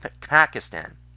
Pakistan